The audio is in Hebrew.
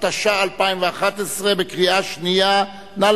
התשע"א 2011, בקריאה שנייה, נא